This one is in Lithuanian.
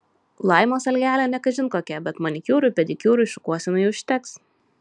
laimos algelė ne kažin kokia bet manikiūrui pedikiūrui šukuosenai užteks